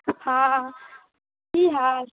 हँ की हाल